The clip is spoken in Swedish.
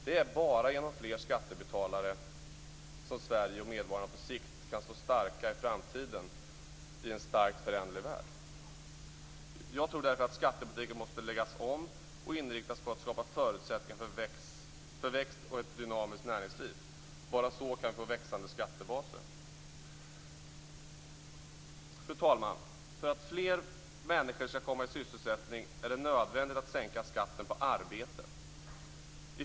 Det är bara genom fler skattebetalare som Sverige och medborgarna på sikt i framtiden kan stå starka i en starkt föränderlig värld. Jag tror därför att skattepolitiken måste läggas om och inriktas på att skapa förutsättningar för växt och ett dynamiskt näringsliv. Bara så kan vi få växande skattebaser. Fru talman! För att fler människor skall komma i sysselsättning är det nödvändigt att sänka skatten på arbete.